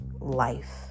life